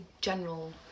general